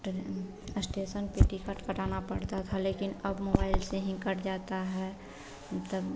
तो अस्टेशन पर टिकट कटाना पड़ता था लेकिन अब मोबाइल से ही कट जाता है तब